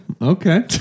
Okay